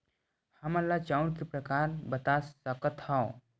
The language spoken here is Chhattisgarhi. हमन ला चांउर के प्रकार बता सकत हव?